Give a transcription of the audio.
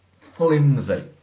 flimsy